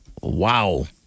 Wow